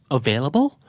available